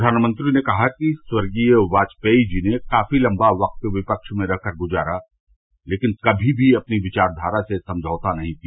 प्रधानमंत्री ने कहा कि स्वर्गीय वाजपेई जी ने काफी लम्बा वक्त विपक्ष में रह कर गुजारा लेकिन कभी भी अपनी विचाखारा से समझौता नहीं किया